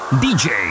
DJ